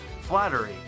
flattery